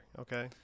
Okay